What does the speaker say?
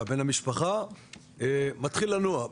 ובן המשפחה מתחיל לנוע.